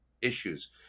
issues